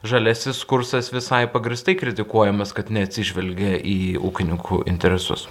žaliasis kursas visai pagrįstai kritikuojamas kad neatsižvelgia į ūkininkų interesus